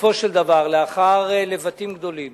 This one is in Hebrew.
בסופו של דבר, לאחר לבטים גדולים